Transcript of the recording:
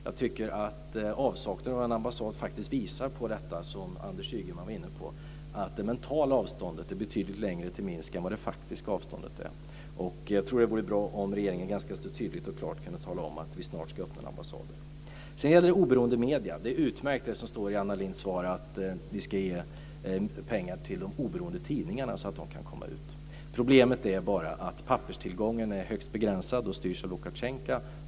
Jag tycker att avsaknaden av en ambassad faktiskt visar på det som Anders Ygeman var inne på, nämligen att det mentala avståndet till Minsk är betydligt längre än det faktiska avståndet. Jag tror att det vore bra om regeringen ganska tydligt och klart kunde tala om att vi snart ska öppna en ambassad där. Sedan gäller det oberoende medier. Det som står i Anna Lindhs svar om att vi ska ge pengar till de oberoende tidningarna, så att de kan komma ut, är utmärkt. Problemet är bara att papperstillgången är högst begränsad och styrs av Lukasjenko.